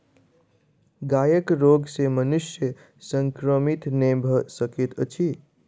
गायक रोग सॅ मनुष्य संक्रमित नै भ सकैत अछि